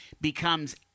becomes